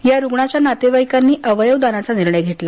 या रुग्णाच्या नातेवाईकांनी अवयवदानाचा निर्णय घेतला